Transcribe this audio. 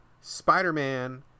Spider-Man